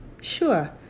Sure